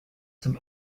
zum